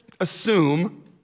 assume